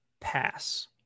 Pass